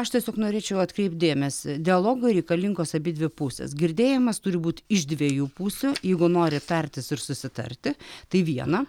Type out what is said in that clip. aš tiesiog norėčiau atkreipt dėmesį dialogui reikalingos abidvi pusės girdėjimas turi būt iš dviejų pusių jeigu nori tartis ir susitarti tai viena